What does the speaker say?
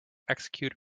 execute